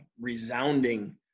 resounding